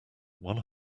one